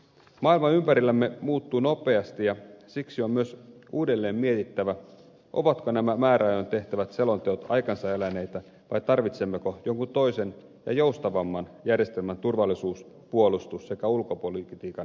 maailma ympärillämme muuttuu nopeasti ja siksi on myös uudelleen mietittävä ovatko nämä määräajoin tehtävät selonteot aikansa eläneitä vai tarvitsemmeko jonkun toisen joustavamman järjestelmän turvallisuus puolustus sekä ulkopolitiikan arviointiin